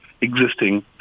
existing